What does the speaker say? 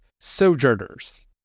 sojourners